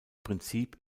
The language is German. prinzip